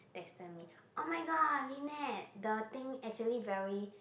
texted me oh-my-god Lynette the thing actually very